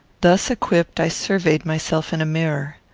thus equipped, i surveyed myself in a mirror.